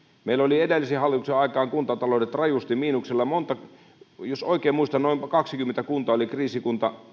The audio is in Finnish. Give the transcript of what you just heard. meillä olivat edellisen hallituksen aikaan kuntataloudet rajusti miinuksella jos oikein muistan noin kaksikymmentä kuntaa oli kriisin